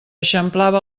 eixamplava